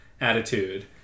attitude